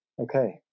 Okay